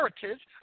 heritage